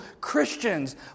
Christians